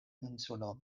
insulo